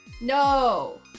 No